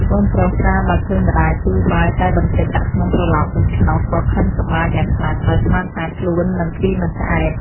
កូនប្រុសកាលបើឃើញម្ដាយទូលបាយតែបន្តិចដាក់ក្នុងត្រឡោកដូច្នោះ ក៏ខឹងសម្បារយ៉ាងខ្លាំង ដោយស្មានថាខ្លួននឹងស៊ីមិនឆ្អែត។